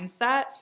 mindset